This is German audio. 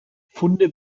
funde